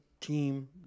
team